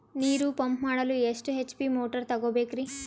ನೀರು ಪಂಪ್ ಮಾಡಲು ಎಷ್ಟು ಎಚ್.ಪಿ ಮೋಟಾರ್ ತಗೊಬೇಕ್ರಿ?